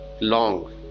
long